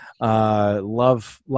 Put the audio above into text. love